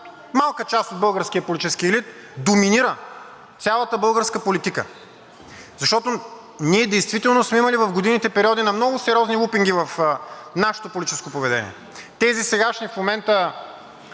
малка част от българския политически елит доминира цялата българска политика. Ние действително сме имали в годините периоди на много сериозни лупинги в нашето политическо поведение. Тези, сегашни, в момента